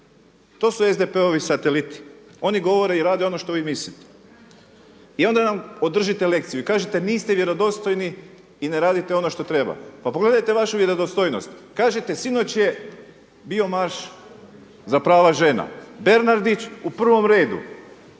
To su SDP-ovi sateliti, oni govore i rade ono što vi mislite. I onda nam održite lekciju i kažete niste vjerodostojni i ne radite ono što treba. Pa pogledajte vašu vjerodostojnost. Kažete sinoć je bio marš za prava žena, Bernardić u prvom redu